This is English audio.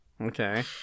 Okay